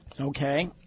Okay